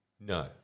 No